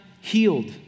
healed